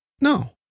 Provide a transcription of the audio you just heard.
No